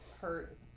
hurt